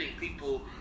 people